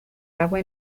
agua